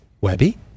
Webby